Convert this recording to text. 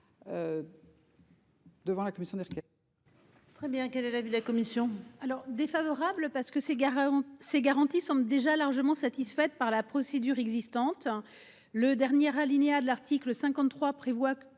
Devant la commission des requêtes.